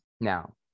now